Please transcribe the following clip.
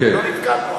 לא נפגענו,